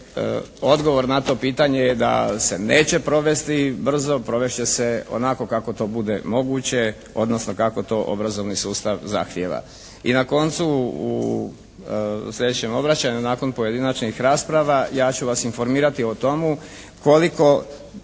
odgovor na to pitanje je da se neće provesti brzo, provest će se onako kako to bude moguće, odnosno kako to obrazovni sustav zahtjeva. I na koncu, u sljedećem obračunu nakon pojedinačnih rasprava ja ću vas informirati o tome koliko